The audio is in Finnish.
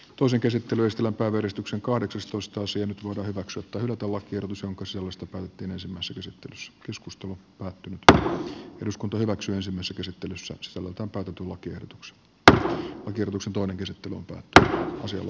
tosin käsittelystä ja päivystyksen kortistosta osien vaihdokset ovat tiedotus on kosovosta tavattiin ensimmäiset esittelyssä keskustelu jonka sisällöstä päätettiin ensimmäisessä käsittelyssä sunnuntain totutun lakiehdotukset tämän kierroksen toinen käsittely johtaa usein